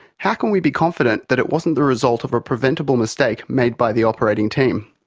how can we be confident that it wasn't the result of a preventable mistake made by the operating team?